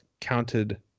counted